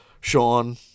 Sean